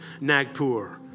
Nagpur